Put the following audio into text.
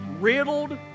riddled